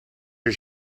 are